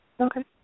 Okay